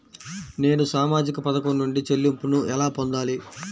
నేను సామాజిక పథకం నుండి చెల్లింపును ఎలా పొందాలి?